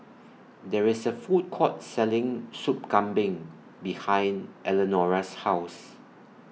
There IS A Food Court Selling Sup Kambing behind Eleonora's House